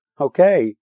Okay